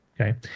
okay